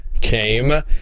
came